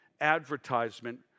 advertisement